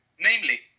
namely